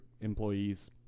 employees